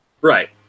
Right